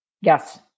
Yes